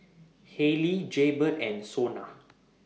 Haylee Jaybird and Sona